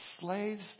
slaves